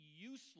useless